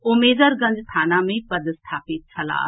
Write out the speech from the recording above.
ओ मेजरगंज थाना मे पदस्थापित छलाह